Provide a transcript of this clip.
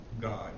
God